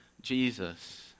Jesus